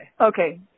Okay